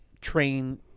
train